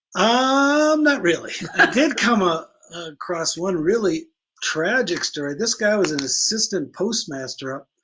ah um, not really, i did come up across one really tragic story. this guy was an assistant postmaster up,